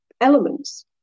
elements